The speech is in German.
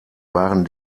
waren